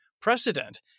precedent